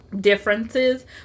differences